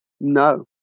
no